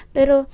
Pero